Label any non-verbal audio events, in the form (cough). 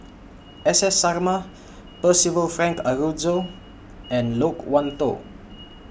(noise) Sarma Percival Frank Aroozoo and Loke Wan Tho